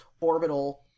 orbital